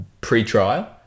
pre-trial